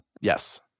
Yes